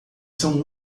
são